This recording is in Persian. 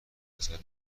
وسط